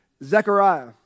Zechariah